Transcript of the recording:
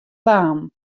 banen